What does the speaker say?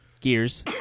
Gears